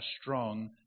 strong